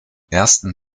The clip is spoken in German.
ersten